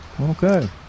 Okay